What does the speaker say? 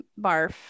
Barf